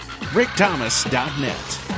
rickthomas.net